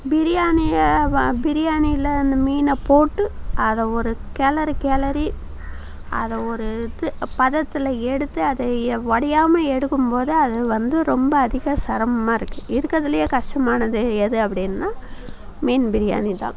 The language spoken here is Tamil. பிரியாணியை பிரியாணியில் அந்த மீன போட்டு அதை ஒரு கிளரு கிளரி அதை ஒரு இது பதத்தில் எடுத்து அதை உடையாமல் எடுக்கும்போது அது வந்து ரொம்ப அதிக செரமமாக இருக்கும் இருக்கிறதுலேயே கஷ்டமானது எது அப்படின்னா மீன் பிரியாணி தான்